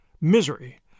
Misery